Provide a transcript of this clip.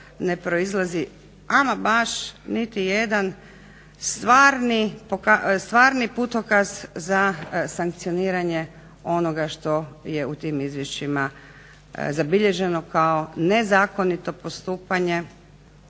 ne proizlazi ama baš niti jedan stvarni putokaz za sankcioniranje onoga što je u tim izvješćima zabilježeno kao nezakonito postupanje,